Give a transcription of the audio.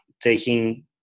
taking